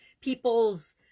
people's